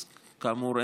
אז כאמור,